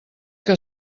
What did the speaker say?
que